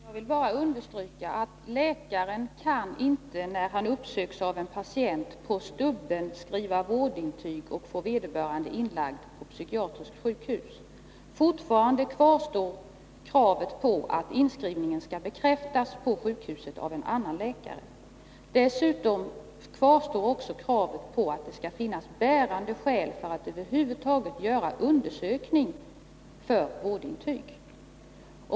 Herr talman! Jag vill understryka att läkaren inte kan, när han uppsöks av en patient, ”på stubben” skriva vårdintyg och få vederbörande inlagd på psykiatriskt sjukhus. Fortfarande kvarstår kravet på att inskrivningen skall bekräftas på sjukhuset av en annan läkare. Dessutom kvarstår kravet på att det skall finnas bärande skäl för att över huvud taget göra undersökning för vårdintyg.